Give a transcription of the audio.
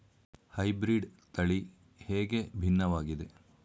Hybrid ತಳಿ ಹೇಗೆ ಭಿನ್ನವಾಗಿದೆ?